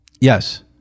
Yes